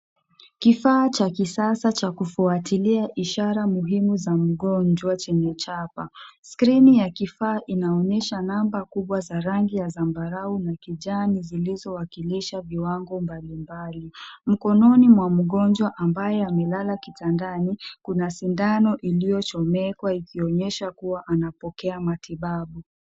Kifaa ha kisasa cha kufuatilia ishara muhimu za mgonjwa chenye chapa. Skrini ya kifaa kinaonyesha namba kubwa za rangi ya zambarau na kijani zilizowakilisha viwango mbalimbali. Mkononi mwa mgonjwa ambaye amelala kitandani kuna sindano iliyochomekwa ikionyesha kuwa anapokea matibabu.